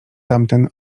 tamten